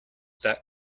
that